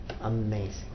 amazing